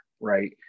right